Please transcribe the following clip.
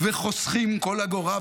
וחוסכים כל אגורה,